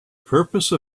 purpose